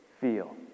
feel